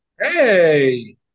Hey